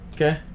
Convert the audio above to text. Okay